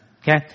okay